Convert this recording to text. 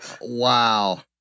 Wow